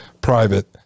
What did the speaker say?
private